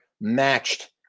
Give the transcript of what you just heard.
matched